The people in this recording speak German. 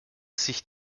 sich